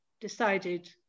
decided